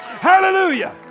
Hallelujah